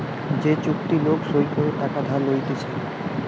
যে চুক্তি লোক সই করে টাকা ধার লইতেছে